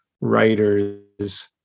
writer's